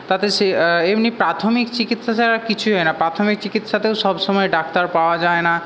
তাতে সেই এমনি প্রাথমিক চিকিৎসা ছাড়া কিছুই হয় না প্রাথমিক চিকিৎসাতেও সব সময় ডাক্তার পাওয়া যায় না